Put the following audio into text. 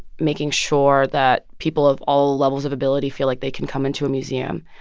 making sure that people of all levels of ability feel like they can come into a museum.